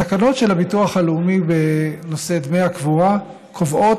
התקנות של הביטוח הלאומי בנושא דמי הקבורה קובעות